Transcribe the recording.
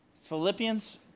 Philippians